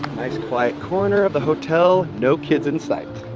nice quiet corner of the hotel. no kids in sight.